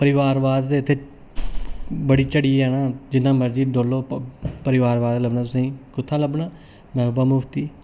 परिवारवाद ते इत्थै बड़ी चढ़ियै ना जिन्ना मर्जी डोलो परिवारवाद लब्भना तुसेंगी कुत्थै लब्भना महबूबा मुफ्ती